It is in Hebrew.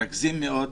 רגוזים מאוד,